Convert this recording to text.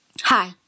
Hi